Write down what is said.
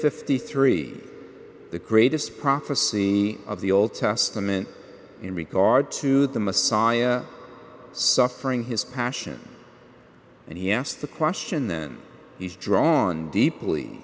fifty three dollars the greatest prophecy of the old testament in regard to the messiah suffering his passion and he asked the question then he's drawn deeply